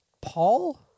Paul